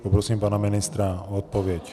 Poprosím pana ministra o odpověď.